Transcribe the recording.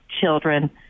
children